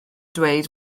dweud